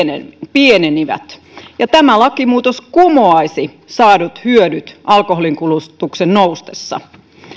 pienenivät tämä lakimuutos kumoaisi saadut hyödyt alkoholinkulutuksen noustessa